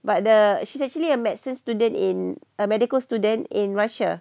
but the she's actually a medicine student in a medical student in russia